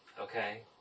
Okay